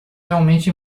realmente